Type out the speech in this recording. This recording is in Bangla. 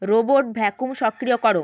রোবট ভ্যাক্যুম সক্রিয় করো